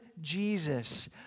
Jesus